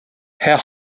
herr